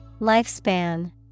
Lifespan